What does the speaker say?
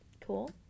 cool